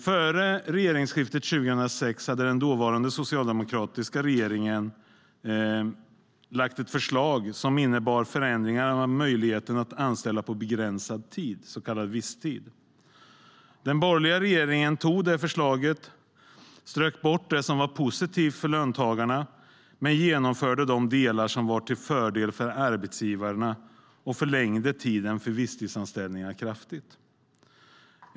Före regeringsskiftet 2006 hade den dåvarande socialdemokratiska regeringen lagt fram ett förslag som innebar förändringar av möjligheten att anställa på begränsad tid, så kallad visstid. Den borgerliga regeringen strök det som var positivt för arbetstagarna ur förslaget men genomförde de delar som var till fördel för arbetsgivarna och förlängde tiden för visstidsanställningar kraftigt.